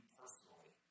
personally